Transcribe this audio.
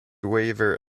waiver